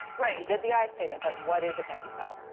right. you did the i statement, but what is it that you felt?